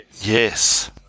yes